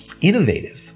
innovative